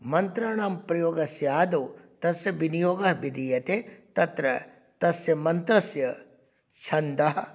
मन्त्राणां प्रयोगस्य आदौ तस्य विनियोगः विधीयते तत्र तस्य मन्त्रस्य छन्दः